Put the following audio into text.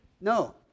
No